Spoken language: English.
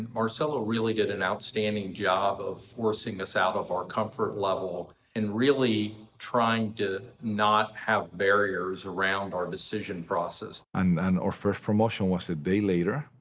marcelo really did an outstanding job of forcing us out of our comfort level and really trying to not have barriers around our decision process. and and our first promotion was a day later,